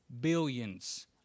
billions